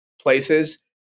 places